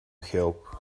help